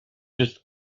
just